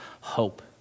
hope